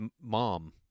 mom